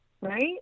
right